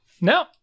No